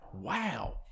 Wow